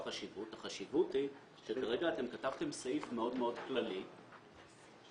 החשיבות היא שכרגע אתם כתבתם סעיף מאוד מאוד כללי --- כן,